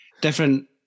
Different